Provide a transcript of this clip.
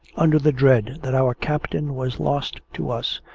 under the dread that our captain was lost to us,